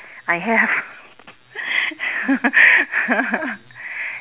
I have